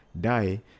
die